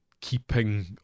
keeping